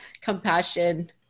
compassion